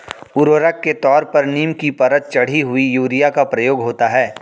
उर्वरक के तौर पर नीम की परत चढ़ी हुई यूरिया का प्रयोग होता है